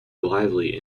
lively